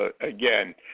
again